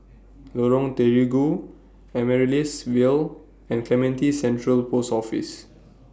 Lorong Terigu Amaryllis Ville and Clementi Central Post Office